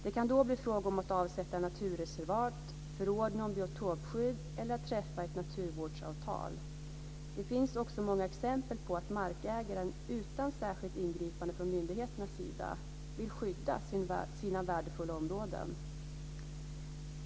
Det kan då bli fråga om att avsätta naturreservat, förordna om biotopskydd eller att träffa ett naturvårdsavtal. Det finns också många exempel på att markägaren utan särskilt ingripande från myndigheternas sida vill skydda sina värdefulla områden.